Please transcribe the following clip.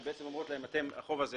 שבעצם אומרות להם: לא